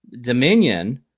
Dominion